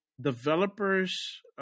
developers